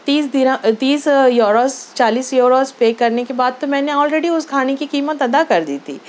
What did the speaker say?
تیس تیس یُوروز چالیس یُوروز پے کرنے کے بعد تو میں نے آلریڈی اُس کھانے کی قیمت ادا کر دی تھی